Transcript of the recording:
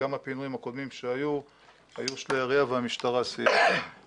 גם הפינויים הקודמים שהיו היו של העירייה והמשטרה סייעה.